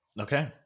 Okay